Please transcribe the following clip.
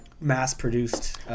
mass-produced